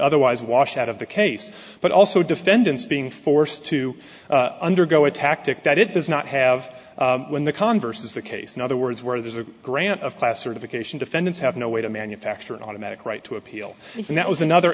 otherwise wash out of the case but also defendants being forced to undergo a tactic that it does not have when the converse is the case in other words where there's a grant of classification defendants have no way to manufacture an automatic right to appeal and that was another